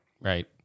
right